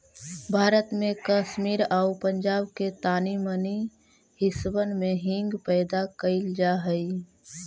भारत में कश्मीर आउ पंजाब के तानी मनी हिस्सबन में हींग पैदा कयल जा हई